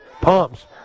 pumps